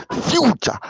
Future